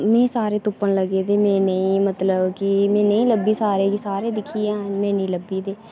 मिगी सारे तुप्पन लग्गे ते में नेईं मतलब कि में नेईं लब्भी सारें गी सारें दिक्खी ते में नेईं लब्भी ते